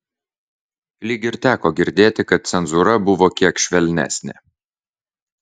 lyg ir teko girdėti kad cenzūra buvo kiek švelnesnė